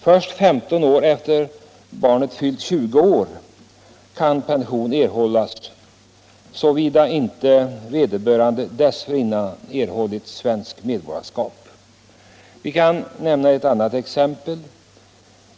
Först 15 år efter det att barnet fyllt 20 år kan pension erhållas, såvida inte vederbörande dessförinnan fått svenskt medborgarskap. Ett annat exempel.